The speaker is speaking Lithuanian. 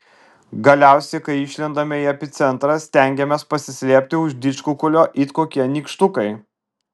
galiausiai kai išlendame į epicentrą stengiamės pasislėpti už didžkukulio it kokie nykštukai